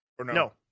No